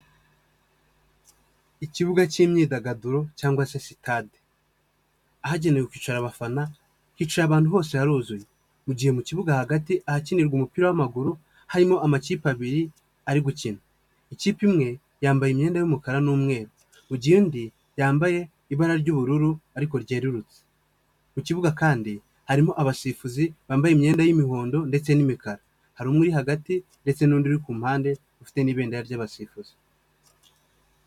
Ikibuga k'imyidagaduro cyangwa se sitade. Ahagenewe kwicara abafana, hicaye abantu hose haruzuye. Mu gihe mu kibuga hagati ahakinirwa umupira w'amaguru harimo amakipe abiri ari gukina. Ikipe imwe, yambaye imyenda y'umukara n'umweru mu gihe indi yambaye ibara ry'ubururu ariko ryerurutse. Mu kibuga kandi harimo abasifuzi bambaye imyenda y'imihondo ndetse n'imikara. Hari umwe uri hagati ndetse n'undi uri ku mpande ufite n'ibedera ry'abasifuzi.